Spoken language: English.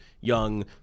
young